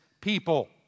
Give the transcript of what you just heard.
people